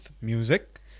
music